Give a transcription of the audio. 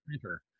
printer